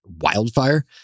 wildfire